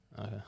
Okay